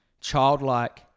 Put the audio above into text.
childlike